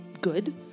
good